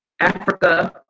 Africa